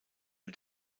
nur